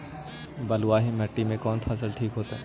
बलुआही मिट्टी में कौन फसल ठिक होतइ?